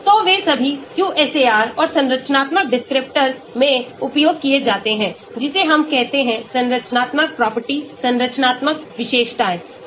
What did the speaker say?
तो वे सभी QSAR और संरचनात्मक descriptors में उपयोग किए जाते हैंजिसे हम कहते हैं संरचनात्मक प्रॉपर्टी संरचनात्मक विशेषताएं